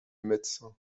médecin